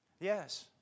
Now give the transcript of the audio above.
Yes